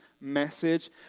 message